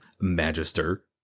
Magister